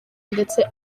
ndetse